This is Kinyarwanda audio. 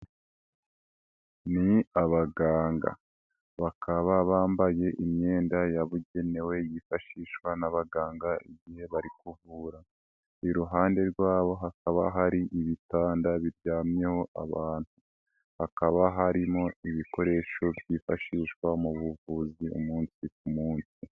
Ni abaganga, bakaba bambaye imyenda yabugenewe yifashishwa n'abaganga igihe bari kuvura, iruhande rwabo hakaba hari ibitanda biryamyeho abantu, hakaba harimo ibikoresho byifashishwa mu buvuzi umunsi ku munsi.